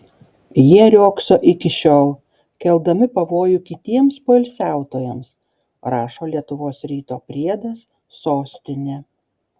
jie riogso iki šiol keldami pavojų kitiems poilsiautojams rašo lietuvos ryto priedas sostinė